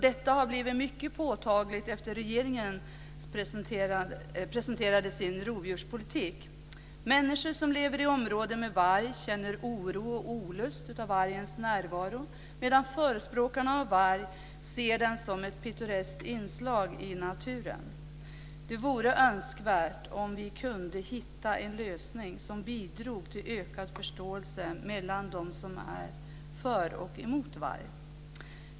Detta har blivit mycket påtagligt efter det att regeringen presenterade sin rovdjurspolitik. Människor som lever i områden med varg känner oro och olust över vargens närvaro, medan förespråkarna för varg ser den som ett pittoreskt inslag i naturen. Det vore önskvärt om vi kunde hitta en lösning som bidrog till ökad förståelse mellan dem som är för och dem som är emot varg.